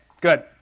good